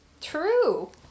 true